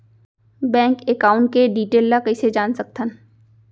Bank account के detail ल कइसे जान सकथन?